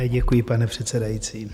Děkuji, pane předsedající.